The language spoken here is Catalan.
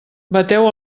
bateu